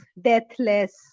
deathless